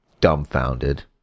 dumbfounded